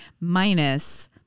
minus